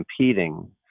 competing